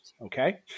okay